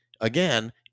again